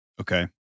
Okay